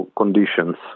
conditions